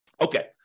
Okay